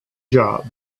job